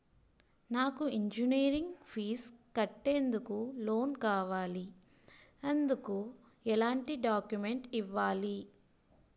నాకు engineering college fee కట్టేందుకు loan కావాలి, ఎందుకు ఎలాంటి డాక్యుమెంట్స్ ఇవ్వాలి?